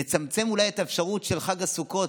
לצמצם אולי את האפשרות של חג הסוכות,